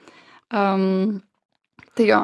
am tai jo